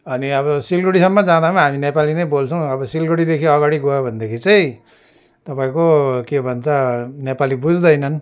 अनि अब सिलगढीसम्म जाँदा पनि हामी नेपाली नै बोल्छौँ अब सिलगढीदेखि अगाडि गयो भनेदेखि चाहिँ तपाईँको के भन्छ नेपाली बुझ्दैनन्